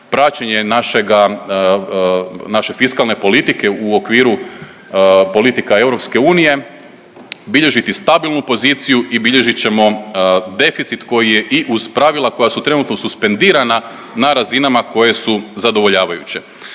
našega, naše fiskalne politike u okviru politika EU bilježiti stabilnu poziciju i bilježit ćemo deficit koji je i uz pravila koja su trenutno suspendirana na razinama koje su zadovoljavajuće.